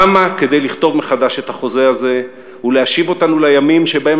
קמה כדי לכתוב מחדש את החוזה הזה ולהשיב אותנו לימים שבהם